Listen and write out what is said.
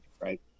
right